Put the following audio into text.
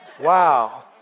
Wow